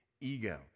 ego